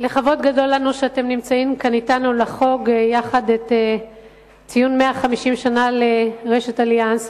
לכבוד גדול לנו שאתם נמצאים כאן אתנו לחגוג יחד 150 שנה לרשת "אליאנס".